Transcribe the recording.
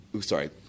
sorry